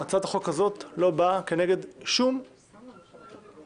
הצעת החוק הזאת לא באה כנגד שום מגזר,